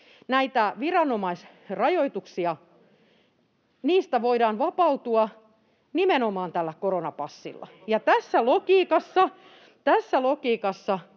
näistä viranomaisrajoituksista vapautua nimenomaan tällä koronapassilla, ja tässä logiikassa